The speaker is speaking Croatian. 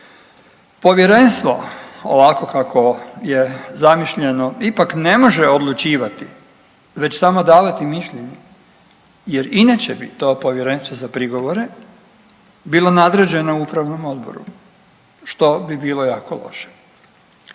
Povjerenstvo ovako kakvo je zamišljeno ipak ne može odlučivati već samo davati mišljenje jer inače bi to Povjerenstvo za prigovore bilo nadređeno upravnom odboru što bi bilo jako loše.